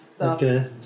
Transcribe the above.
Okay